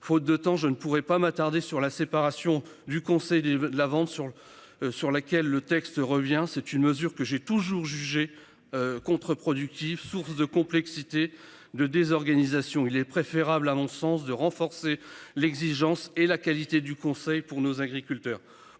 faute de temps, je ne pourrais pas m'attarder sur la séparation du Conseil des. La vente sur le. Sur laquelle le texte revient. C'est une mesure que j'ai toujours jugé. Contreproductif source de complexité de désorganisation. Il est préférable à mon sens, de renforcer l'exigence et la qualité du conseil pour nos agriculteurs